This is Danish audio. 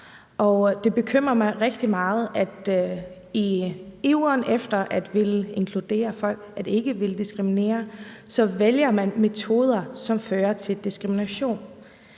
Det bekymrer mig rigtig meget, at man i iveren efter at ville inkludere folk og ikke diskriminere vælger metoder, som fører til diskrimination.